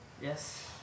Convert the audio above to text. Yes